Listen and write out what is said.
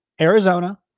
Arizona